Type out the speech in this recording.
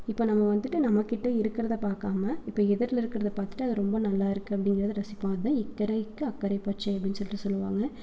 இப்போ நம்ம வந்துட்டு நம்மகிட்ட இருக்கிறத பார்க்காம இப்போ எதிர்ல இருக்கிறத பார்த்துட்டு அது ரொம்ப நல்லாருக்குது அப்படிங்கிறத ரசிப்போம் அதுதான் இக்கரைக்கு அக்கரை பச்சை அப்படின்னு சொல்லிட்டு சொல்லுவாங்கள்